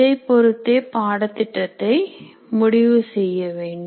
இதைப் பொறுத்தே பாடத்திட்டத்தை முடிவு செய்ய வேண்டும்